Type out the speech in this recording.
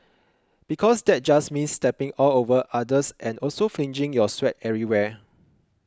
because that just means stepping all over others and also flinging your sweat everywhere